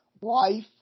Life